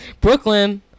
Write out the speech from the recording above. Brooklyn